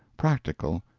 practical,